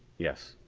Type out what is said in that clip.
yes.